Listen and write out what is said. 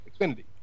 Xfinity